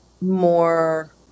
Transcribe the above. more